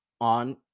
on